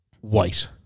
White